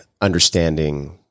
understanding